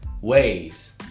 ways